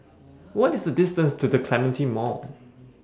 What IS The distance to The Clementi Mall